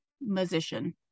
musician